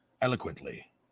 eloquently